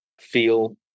feel